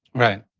right.